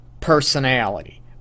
personality